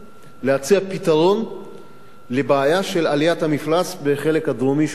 להציע פתרון לבעיה של עליית המפלס בחלק הדרומי של ים-המלח.